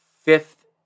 fifth